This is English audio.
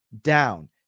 down